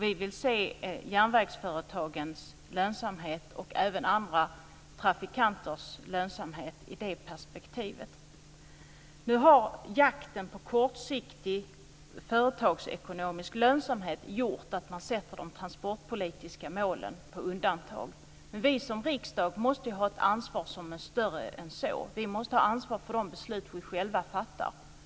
Vi vill se järnvägsföretagens och även andra trafikentreprenörers lönsamhet i det perspektivet. Nu har jakten på kortsiktig företagsekonomisk lönsamhet gjort att man sätter de transportpolitiska målen på undantag. Men vi i riksdagen måste ha ett ansvar som är större än så; vi måste ta ansvar för de beslut vi själva fattar.